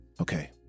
Okay